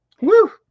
Woo